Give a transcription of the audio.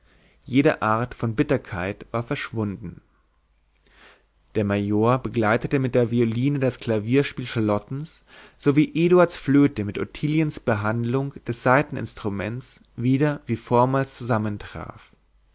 jede art von bitterkeit war verschwunden der major begleitete mit der violine das klavierspiel charlottens so wie eduards flöte mit ottiliens behandlung des saiteninstruments wieder wie vormals